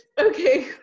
okay